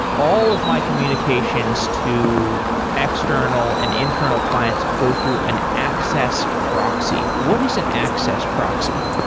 all of my communications to external and internal clients go through an access proxy. what is an access proxy?